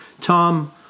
Tom